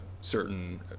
certain